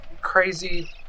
crazy